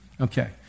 Okay